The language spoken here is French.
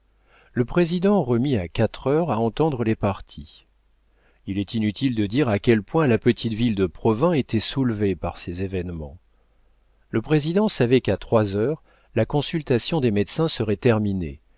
le président remit à quatre heures à entendre les parties il est inutile de dire à quel point la petite ville de provins était soulevée par ces événements le président savait qu'à trois heures la consultation des médecins serait terminée